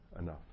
enough